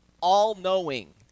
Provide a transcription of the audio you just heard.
all-knowing